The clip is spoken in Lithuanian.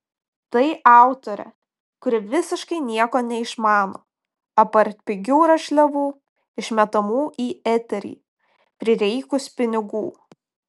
tai autorė kuri visiškai nieko neišmano apart pigių rašliavų išmetamų į eterį prireikus pinigų